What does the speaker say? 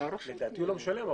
לדעתי הוא לא משלם.